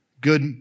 good